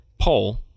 pole